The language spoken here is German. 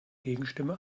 gegenstimme